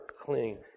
clean